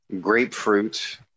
Grapefruit